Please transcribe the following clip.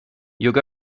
you’re